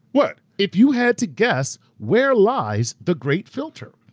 what? if you had to guess, where lies the great filter?